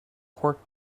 pork